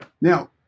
Now